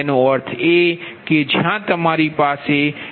તેનો અર્થ એ કે જ્યાં તમારી પાસે n m